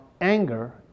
anger